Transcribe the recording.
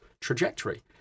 trajectory